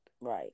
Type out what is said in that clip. Right